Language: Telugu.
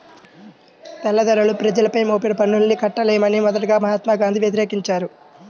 తెల్లదొరలు ప్రజలపై మోపిన పన్నుల్ని కట్టలేమని మొదటగా మహాత్మా గాంధీ వ్యతిరేకించారు